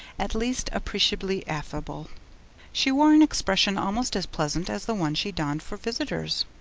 at least appreciably affable she wore an expression almost as pleasant as the one she donned for visitors.